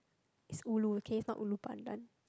is Ulu okay it's not Ulu Pandan